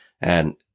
And-